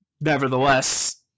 nevertheless